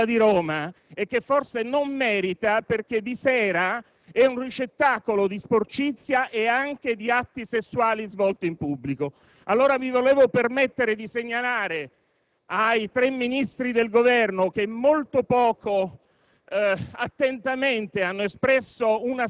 quella grande opera che ha la città di Roma, il Colosseo, e che forse non merita perché di sera diviene un ricettacolo di sporcizia e anche di atti sessuali svolti in pubblico. Mi permetto di segnalare ai tre Ministri del Governo, che molto poco